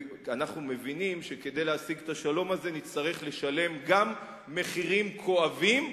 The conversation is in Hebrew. אנחנו מבינים שכדי להשיג את השלום הזה נצטרך לשלם מחירים כואבים,